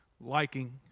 liking